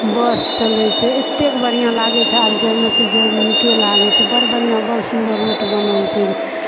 बस चले छै एतेक बढ़िऑं लागै छै आब जाइमे से नीके लागै छै बड बढ़ियाँ बड़ सुन्दर रोड बनल छै